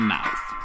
Mouth